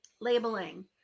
labeling